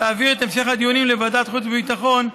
תעביר את המשך הדיונים לוועדת החוץ והביטחון,